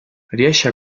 riesce